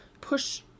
push